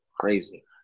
Crazy